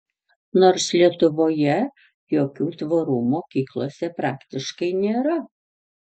nors lietuvoje jokių tvorų mokyklose praktiškai nėra